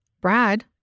Brad